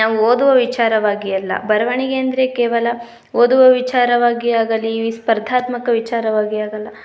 ನಾವು ಓದುವ ವಿಚಾರವಾಗಿ ಅಲ್ಲ ಬರವಣಿಗೆ ಅಂದರೆ ಕೇವಲ ಓದುವ ವಿಚಾರವಾಗಿ ಆಗಲಿ ಸ್ಪರ್ಧಾತ್ಮಕ ವಿಚಾರವಾಗಿ ಆಗಲ್ಲ